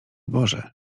boże